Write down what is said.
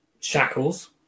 shackles